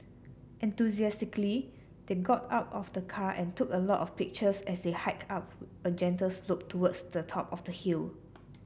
enthusiastically they got out of the car and took a lot of pictures as they hiked up a gentle slope towards the top of the hill